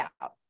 out